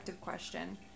question